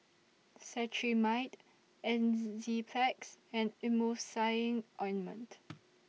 Cetrimide Enzyplex and Emulsying Ointment